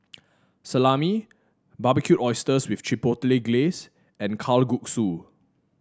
Salami Barbecued Oysters with Chipotle Glaze and Kalguksu